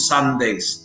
Sundays